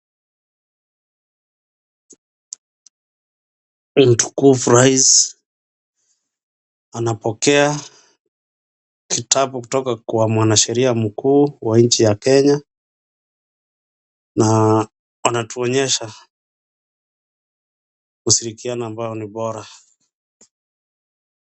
Mtukufu Rais, anapokea kitabu kutoka kwa mwanasheria mkuu wa nchi ya Kenya, na anatuonyesha kushirikiana ambayo ni bora.